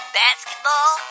basketball